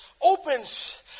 opens